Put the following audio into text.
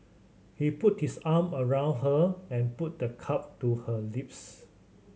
he put his arm around her and put the cup to her lips